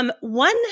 One